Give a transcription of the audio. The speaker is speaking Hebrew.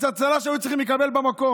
את הצל"ש הם היו צריכים לקבל במקום.